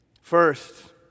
First